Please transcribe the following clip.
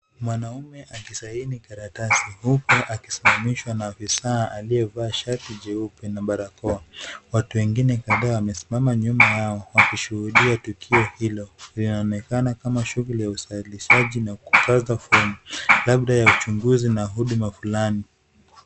Mwanaume akisaini karatasi huku akisimamishwa na afisaa aliyevaa shati jeupe na barakoa. Watu wengine kadhaa wamesimama nyuma yao wakishuhudia tukio hilo. Linaonekana kama shughuli ya usajilishaji na kujaza fomu, labda ya uchunguzi na huduma fulani.